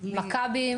מכבי,